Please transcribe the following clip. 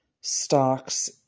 stocks